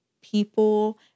people